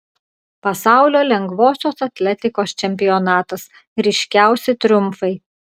pasaulio lengvosios atletikos čempionatas ryškiausi triumfai